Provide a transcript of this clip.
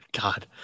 god